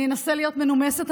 אני אנסה להיות מנומסת,